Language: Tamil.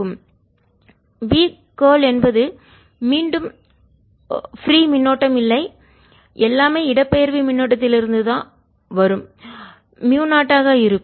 B கார்ல் என்பது மீண்டும் பிரீ மின்னோட்டம் இல்லை எல்லாமே இடப்பெயர்வு மின்னோட்டத்திலிருந்து வரும் முயு 0 ஆக இருக்கும்